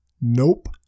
Nope